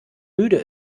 müde